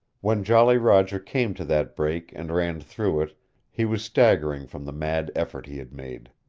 when jolly roger came to that break and ran through it he was staggering from the mad effort he had made.